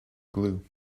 glue